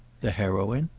the heroine?